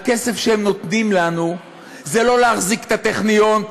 הכסף שהם נותנים לנו זה לא להחזיק את הטכניון,